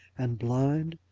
and blind!